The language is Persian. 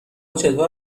چطور